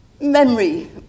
memory